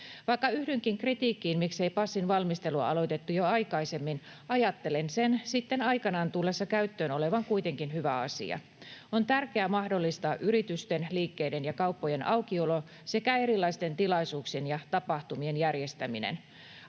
Vaikka yhdynkin kritiikkiin siitä, miksei passin valmistelua aloitettu jo aikaisemmin, ajattelen sen sitten aikanaan tullessaan käyttöön olevan kuitenkin hyvä asia. On tärkeää mahdollistaa yritysten, liikkeiden ja kauppojen aukiolo sekä erilaisten tilaisuuksien ja tapahtumien järjestäminen.